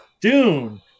Dune